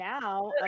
now